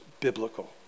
biblical